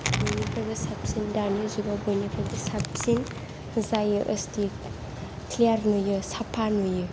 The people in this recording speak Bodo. बयनिफ्रायबो साबसिन दानि जुगा बयनिफ्रायबो साबसिन जायो येस डि क्लियार नुयो साफा नुयो